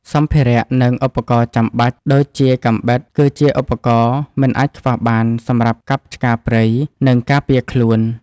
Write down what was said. សម្ភារៈ និងឧបករណ៍ចាំបាច់ ដូចជាកាំបិតគឺជាឧបករណ៍មិនអាចខ្វះបានសម្រាប់កាប់ឆ្ការព្រៃ និងការពារខ្លួន។